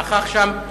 נכחו שם,